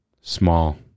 Small